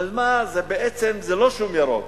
אבל מה, זה לא שום ירוק,